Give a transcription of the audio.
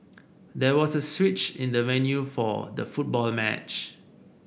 there was a switch in the venue for the football match